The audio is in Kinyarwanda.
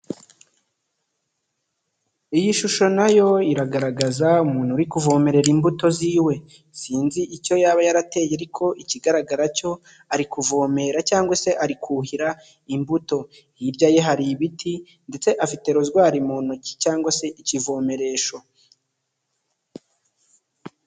Iyi shusho nayo iragaragaza umuntu uri kuvomerera imbuto z'iwe. Sinzi icyo yaba yarateye ariko ikigaragara cyo ari kuvomera cyangwa se ari kuhira imbuto. Hirya ye hari ibiti ndetse afite rozwari mu ntoki cyangwa se ikivomeresho.